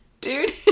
Dude